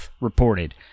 reported